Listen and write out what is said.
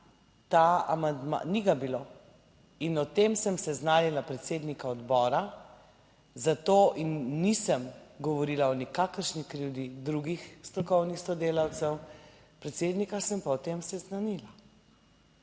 ta amandma, ni ga bilo in o tem sem seznanila predsednika odbora zato in nisem govorila o nikakršni krivdi drugih strokovnih sodelavcev. Predsednika sem pa o tem seznanila.